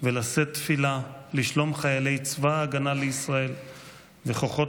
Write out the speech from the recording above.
ולשאת תפילה לשלום חיילי צבא ההגנה לישראל וכוחות